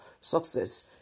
success